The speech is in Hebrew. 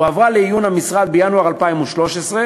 הועברה לעיון המשרד בינואר 2013,